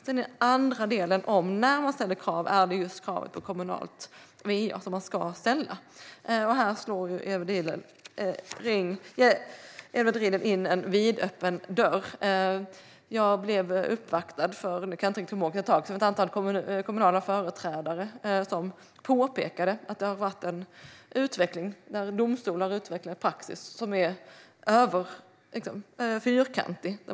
Den andra delen handlar om huruvida det när man ställer krav är just krav på anslutning till det kommunala va-nätet som ska ställas, och här slår Edward Riedl in en vidöppen dörr. Jag blev för ett tag sedan uppvaktad av ett antal kommunala företrädare, som påpekade att domstolar har utvecklat en praxis som är fyrkantig.